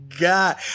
god